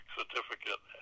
certificate